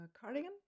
cardigan